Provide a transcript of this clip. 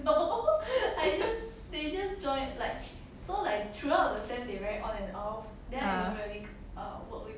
uh